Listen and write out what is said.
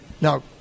Now